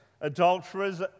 adulterers